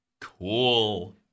Cool